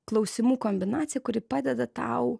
klausimų kombinaciją kuri padeda tau